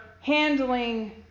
handling